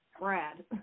Brad